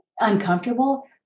uncomfortable